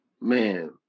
man